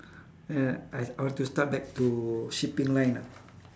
and I I want to start back to shipping line ah